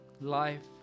Life